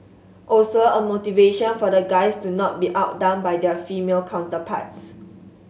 also a motivation for the guys to not be outdone by their female counterparts